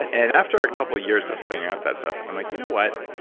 and after a couple years of playing out that stuff, i'm like, you know what,